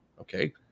okay